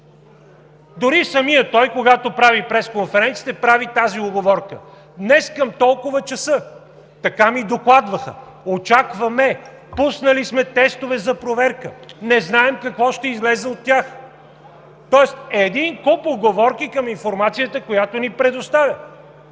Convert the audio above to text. Дори самият той, когато прави пресконференция, прави тази уговорка: „днес към толкова часа“, „така ми докладваха“, „очакваме“, „пуснали сме тестове за проверка, не знаем какво ще излезе от тях“. Тоест един куп уговорки към информацията, която ни предоставя.